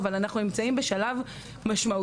אבל אנחנו נמצאים בשלב משמעותי,